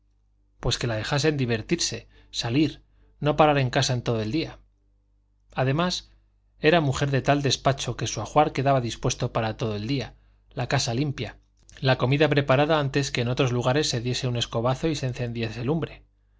pues que la dejasen divertirse salir no parar en casa en todo el día además era mujer de tal despacho que su ajuar quedaba dispuesto para todo el día la casa limpia la comida preparada antes que en otros lugares se diese un escobazo y se encendiese lumbre